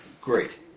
Great